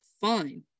fine